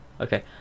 Okay